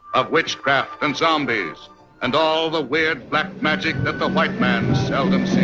of witchcraft and zombies and all the weird black magic that the white man seldom so